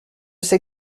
sais